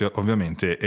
ovviamente